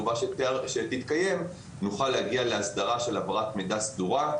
שתתקיים נוכל להגיע להסדרה של העברת מידע סדורה.